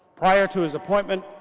prior to his appointment,